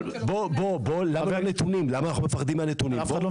למה אנחנו מפחדים מהנתונים?